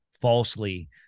falsely